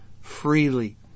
freely